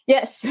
Yes